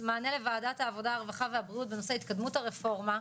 מענה לוועדת העבודה והרווחה והבריאות בנושא התקדמות הרפורמה,